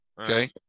Okay